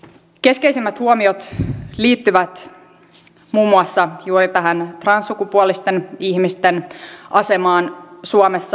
keskeisimmät huomiot liittyvät muun muassa juuri transsukupuolisten ihmisten asemaan suomessa